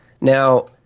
now